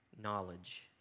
knowledge